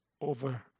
over